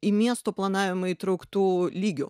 į miesto planavimą įtrauktų lygių